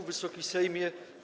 Wysoki Sejmie!